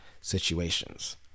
situations